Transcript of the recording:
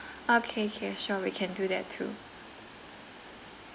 okay okay sure we can do that too